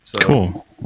Cool